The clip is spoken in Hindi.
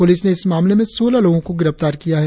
पुलिस ने इस मामले में सोलह लोगों को गिरफ्तार किया है